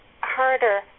harder